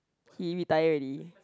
he retired already